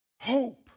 Hope